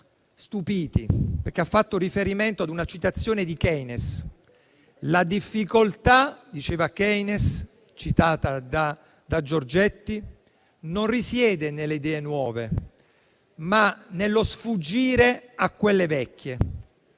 stupiti, facendo riferimento ad una citazione di Keynes: la difficoltà - diceva Keynes, citato da Giorgetti - non risiede nelle idee nuove, ma nello sfuggire a quelle vecchie.